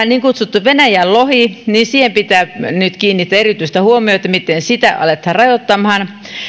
niin kutsuttuun venäjän loheen pitää nyt kiinnittää erityistä huomiota miten sitä aletaan rajoittamaan